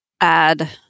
add